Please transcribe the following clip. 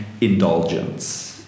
indulgence